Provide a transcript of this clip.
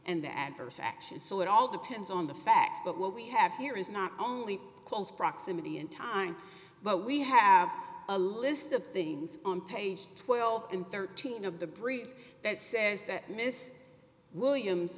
and the adverse action so it all depends on the facts but what we have here is not only close proximity in time but we have a list of things on page twelve dollars thirteen cents of the brief that says that miss williams